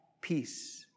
peace